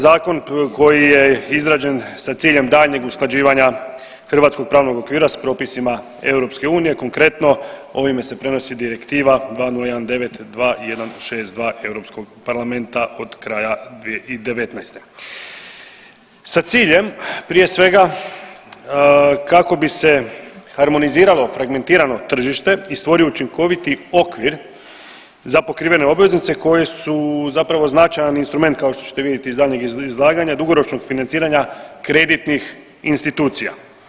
Zakon koji je izrađen sa ciljem daljnjeg usklađivanja hrvatskog pravnog okvira s propisima EU, konkretno ovime se prenosi Direktiva 2019/2162 Europskog parlamenta od kraja 2019. sa ciljem prije svega kako bi se harmoniziralo fregmentirano tržište i stvorio učinkoviti okvir za pokrivene obveznice koje su zapravo značajan instrument kao što ćete vidjeti iz daljnjeg izlaganja dugoročnog financiranja kreditnih institucija.